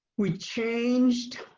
we changed.